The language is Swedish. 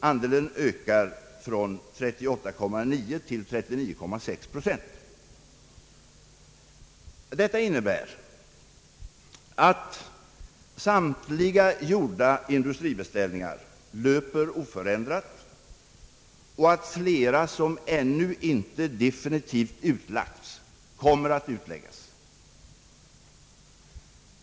Andelen ökar från 38,9 till 39,6 procent. Detta innebär att samtliga gjorda industribeställningar löper oförändrat och att flera som ännu inte definitivt utlagts kommer att utläggas.